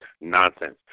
nonsense